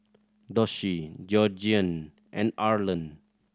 Doshie Georgiann and Arland